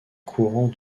courant